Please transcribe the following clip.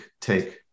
take